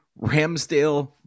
Ramsdale